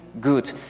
good